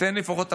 תן לפחות,